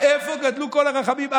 איפה גדלו כל החכמים?